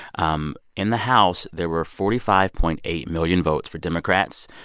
um in the house there were forty five point eight million votes for democrats,